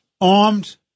armed